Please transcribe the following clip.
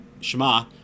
Shema